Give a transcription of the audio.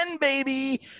baby